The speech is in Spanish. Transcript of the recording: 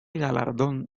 galardón